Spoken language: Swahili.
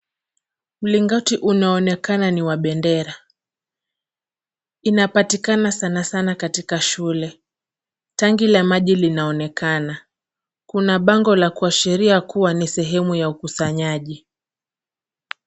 Mlingoti unaonekana ni wa bendera. Inapatikana sana sana katika shule. Tangi la maji linaonekana. Kuna bango la kuashiria kuwa ni sehemu ya ukusanyaji.